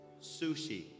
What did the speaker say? sushi